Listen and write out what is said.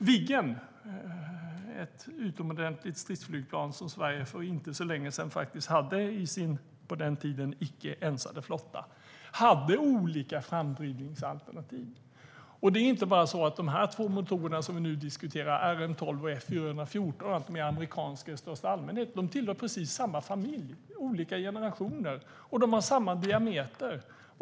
Viggen, ett utomordentligt stridsflygplan som Sverige för inte så länge sedan faktiskt hade i sin på den tiden icke ensade flotta, hade olika framdrivningsalternativ. Det är inte bara så att de två motorer som vi nu diskuterar, RM12 och F414, är amerikanska i största allmänhet. De tillhör precis samma familj, olika generationer. Och de har samma diameter.